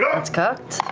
that's cocked.